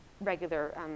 regular